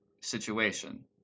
situation